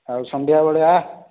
ଆଉ ସନ୍ଧ୍ୟାବେଳେ ଆ